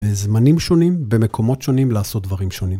זמנים שונים במקומות שונים לעשות דברים שונים.